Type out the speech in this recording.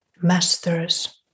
masters